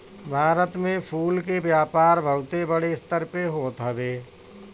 भारत में फूल के व्यापार बहुते बड़ स्तर पे होत हवे